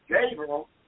Gabriel